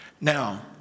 Now